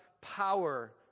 power